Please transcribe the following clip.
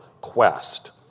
quest